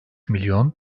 milyon